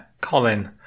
Colin